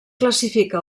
classifica